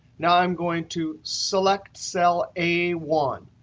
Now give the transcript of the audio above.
now i'm going to select cell a one.